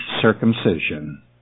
circumcision